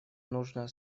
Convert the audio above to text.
нужно